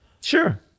Sure